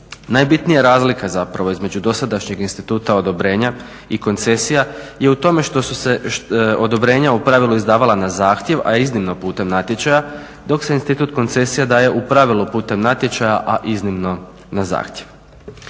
Najbitnija razlika zapravo između dosadašnjeg instituta odobrenja i koncesija je u tome što su se odobrenja u pravilu izdavala na zahtjev a iznimno putem natječaja dok se institut koncesije daje u pravilu putem natječaja a iznimno na zahtjev.